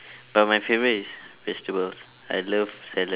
but my favourite is vegetables I love salads